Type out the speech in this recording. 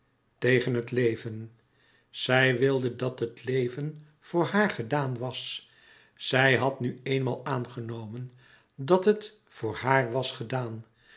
tegen het leven zij wilde dat het leven voor haar gedaan was zij had nu eenmaal aangenomen dat het voor haar was gedaan